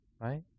right